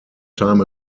time